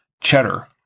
cheddar